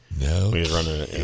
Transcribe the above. no